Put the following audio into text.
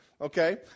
Okay